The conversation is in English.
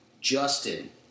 Justin